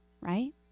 right